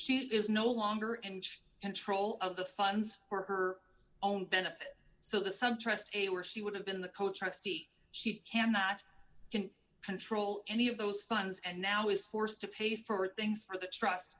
she is no longer inch and troll of the funds for her own benefit so the some trust taylor she would have been the coach trustee she cannot control any of those funds and now is forced to pay for things for the trust